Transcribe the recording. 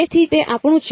તેથી તે આપણું છે